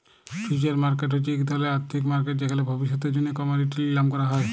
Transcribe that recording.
future market হছে ইক ধরলের আথ্থিক মার্কেট যেখালে ভবিষ্যতের জ্যনহে কমডিটি লিলাম ক্যরা হ্যয়